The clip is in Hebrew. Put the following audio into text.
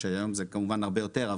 שהיום זה כמובן הרבה יותר,